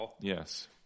Yes